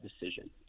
decision